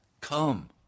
Come